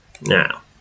Now